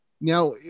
Now